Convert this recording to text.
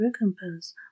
recompense